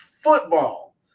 football